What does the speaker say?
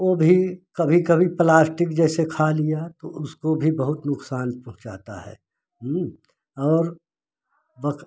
ओ भी कभी कभी प्लास्टिक जैसे खा लिया तो उसको भी बहुत नुकसान पहुँचाता है और बक